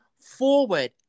forward